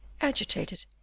agitated